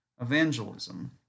evangelism